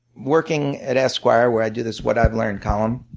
working at esquire, where i do this what i've learned column.